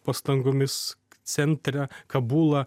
pastangomis centre kabulą